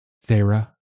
Sarah